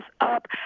up